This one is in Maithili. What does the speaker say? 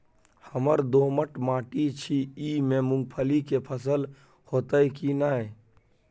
हमर दोमट माटी छी ई में मूंगफली के फसल होतय की नय?